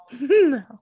No